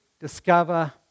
discover